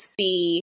see